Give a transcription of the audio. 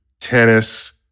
tennis